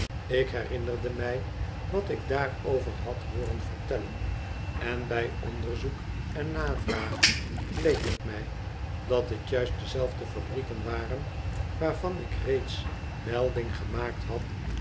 ik herinnerde mij wat ik daarover had hooren vertellen en bij onderzoek en navraag bleek het mij dat het juist dezelfde fabrieken waren waarvan ik reeds melding gemaakt had